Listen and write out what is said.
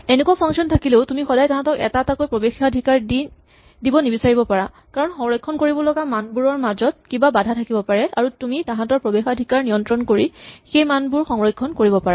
এনেকুৱা ফাংচন থাকিলেও তুমি সদায় তাঁহাতক এটা এটাকৈ প্ৰৱেশাধিকাৰ দিব নিবিচাৰিব পাৰা কাৰণ সংৰক্ষণ কৰিব লগা মানবোৰৰ মাজত কিবা বাধা থাকিব পাৰে আৰু তুমি তাঁহাতৰ প্ৰৱেশাধিকাৰ নিয়ন্ত্ৰণ কৰি সেই মানবোৰ সংৰক্ষণ কৰিব পাৰা